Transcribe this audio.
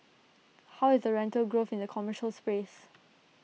how is the rental growth in the commercial space